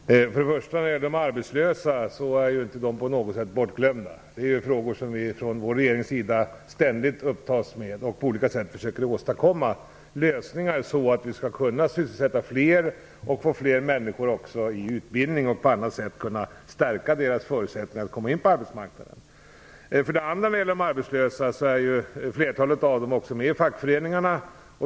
Fru talman! När det för det första gäller de arbetslösa är de inte på något sätt bortglömda. Detta är frågor som regeringen ständigt upptas med. Vi försöker på olika sätt åstadkomma lösningar så att vi skall kunna sysselsätta fler, få fler människor i utbildning eller på annat sätt stärka deras förutsättningar att komma in på arbetsmarknaden. För det andra är flertalet arbetslösa med i fackföreningar.